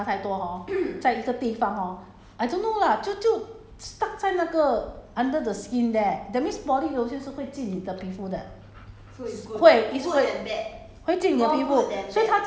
ya to 她说因为有时候我们的 body lotion 擦太多 hor 在一个地方 hor I don't know lah 就就 stuck 在那个 under the skin there that means body lotion 是会进你的皮肤的